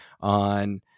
on